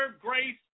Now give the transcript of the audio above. grace